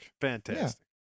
fantastic